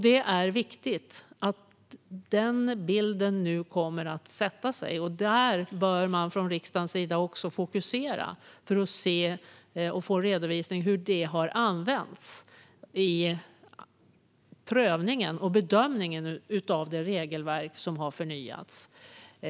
Det är viktigt att denna bild nu kommer att sätta sig. Där bör man också fokusera från riksdagens sida, för att få en redovisning av hur detta har använts i prövningen och bedömningen av det regelverk som har förnyats.